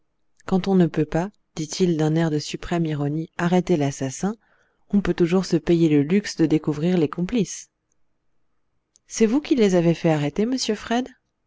quand on ne peut pas dit-il d'un air de suprême ironie arrêter l'assassin on peut toujours se payer le luxe de découvrir les complices c'est vous qui les avez fait arrêter monsieur fred